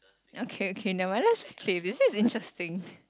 okay okay never mind let's play this this is interesting